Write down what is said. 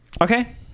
Okay